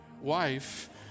wife